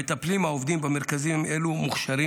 המטפלים העובדים במרכזים אלו מוכשרים